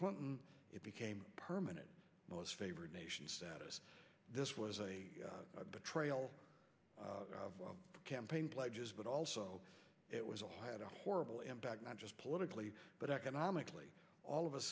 clinton it became permanent most favored nation status this was a betrayal campaign pledges but also it was a high had a horrible impact not just politically but economically all of a